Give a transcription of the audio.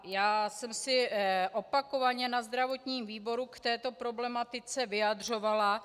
Já jsem se opakovaně na zdravotním výboru k této problematice vyjadřovala.